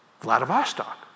Vladivostok